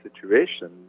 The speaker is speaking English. situation